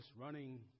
running